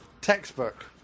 Textbook